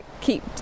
keep